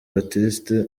baptiste